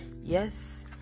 Yes